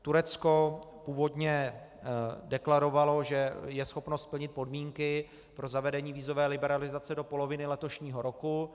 Turecko původně deklarovalo, že je schopno splnit podmínky pro zavedení vízové liberalizace do poloviny letošního roku.